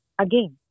again